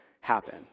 happen